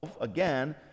again